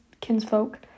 kinsfolk